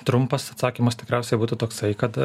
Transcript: trumpas atsakymas tikriausiai būtų toksai kad